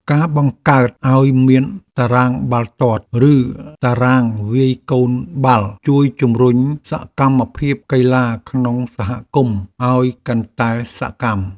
ការបង្កើតឱ្យមានតារាងបាល់ទាត់ឬតារាងវាយកូនបាល់ជួយជម្រុញសកម្មភាពកីឡាក្នុងសហគមន៍ឱ្យកាន់តែសកម្ម។